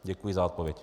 Děkuji za odpověď.